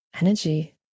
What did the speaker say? energy